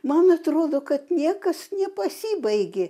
man atrodo kad niekas nepasibaigė